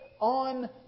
on